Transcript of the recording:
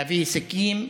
להביא הישגים,